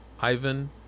Ivan